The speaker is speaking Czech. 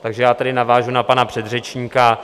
Takže já tady navážu na pana předřečníka.